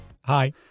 Hi